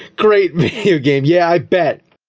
great video game! yeah, i bet!